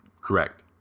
Correct